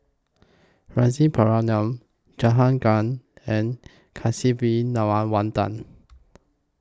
Rasipuram Jahangir and